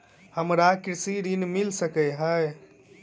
हमरा कृषि ऋण मिल सकै है?